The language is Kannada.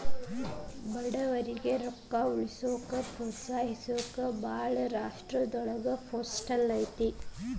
ಬಡವರಿಗಿ ರೊಕ್ಕ ಉಳಿಸೋಕ ಪ್ರೋತ್ಸಹಿಸೊಕ ಭಾಳ್ ರಾಷ್ಟ್ರದೊಳಗ ಪೋಸ್ಟಲ್ ಬ್ಯಾಂಕ್ ಕೆಲ್ಸ ಮಾಡ್ತವಾ